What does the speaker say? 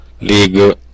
League